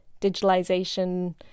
digitalization